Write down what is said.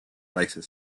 later